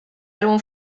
álbum